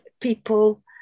people